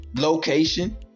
location